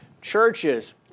Churches